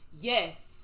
Yes